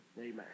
Amen